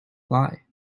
fly